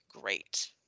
great